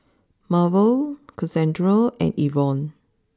Marvel Cassandra and Yvonne